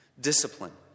discipline